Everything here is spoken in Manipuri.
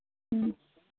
ꯎꯝ